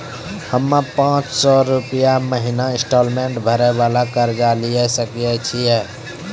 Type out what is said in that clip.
हम्मय पांच सौ रुपिया महीना इंस्टॉलमेंट भरे वाला कर्जा लिये सकय छियै?